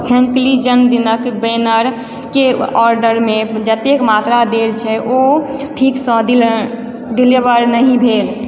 हैंक्ली जन्मदिनक बैनर के ऑर्डरमे जतेक मात्रा देल छै ओ ठीकसँ डिलेवर नहि भेल